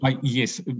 yes